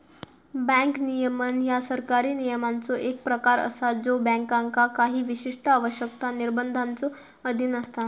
bank नियमन ह्या सरकारी नियमांचो एक प्रकार असा ज्यो बँकांका काही विशिष्ट आवश्यकता, निर्बंधांच्यो अधीन असता